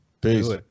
Peace